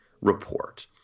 report